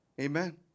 Amen